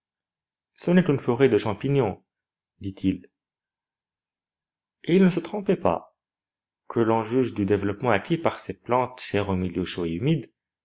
ce n'est qu'une forêt de champignons dit-il et il ne se trompait pas que l'on juge du développement acquis par ces plantes